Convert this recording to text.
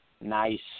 Nice